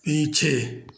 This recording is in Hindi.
पीछे